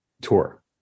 tour